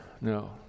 No